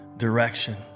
Direction